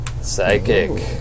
Psychic